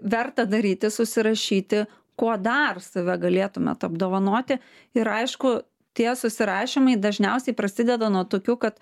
verta daryti susirašyti kuo dar save galėtumėt apdovanoti ir aišku tie susirašymai dažniausiai prasideda nuo tokių kad